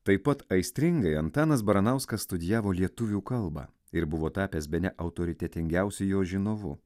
taip pat aistringai antanas baranauskas studijavo lietuvių kalbą ir buvo tapęs bene autoritetingiausiu jos žinovu